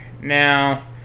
Now